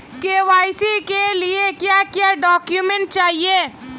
KYC के लिए क्या क्या डॉक्यूमेंट चाहिए?